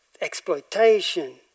exploitation